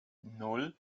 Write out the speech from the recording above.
nan